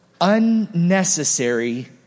unnecessary